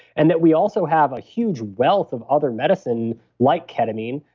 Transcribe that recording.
and that we also have a huge wealth of other medicine like ketamine,